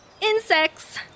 insects